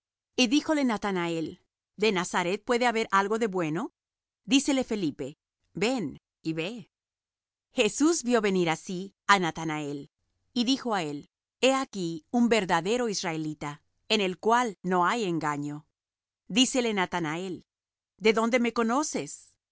y díjole natanael de nazaret puede haber algo de bueno dícele felipe ven y ve jesús vió venir á sí á natanael y dijo de él he aquí un verdadero israelita en el cual no hay engaño dícele natanael de dónde me conoces